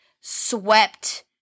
swept